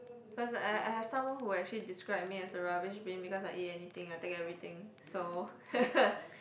cause I I've someone who actually describe me as a rubbish bin because I eat anything I take everything so